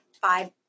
five